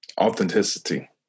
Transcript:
Authenticity